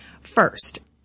First